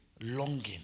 longing